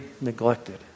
neglected